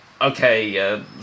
okay